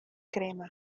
crema